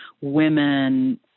women